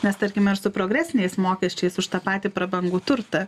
nes tarkime ir su progresiniais mokesčiais už tą patį prabangų turtą